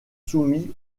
soumis